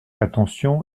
attention